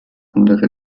andere